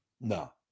No